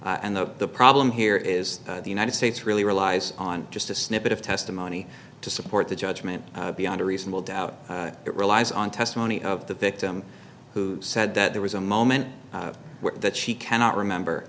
and though the problem here is the united states really relies on just a snippet of testimony to support the judgment beyond a reasonable doubt it relies on testimony of the victim who said that there was a moment that she cannot remember